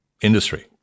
industry